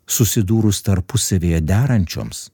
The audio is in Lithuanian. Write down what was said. susidūrus tarpusavyje derančioms